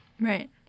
Right